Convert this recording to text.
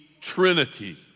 Trinity